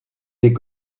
des